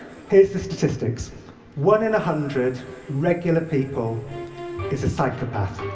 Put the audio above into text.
here's the statistics one in a hundred regular people is a psychopath.